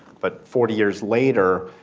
but forty years later,